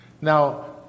Now